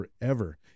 forever